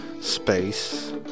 space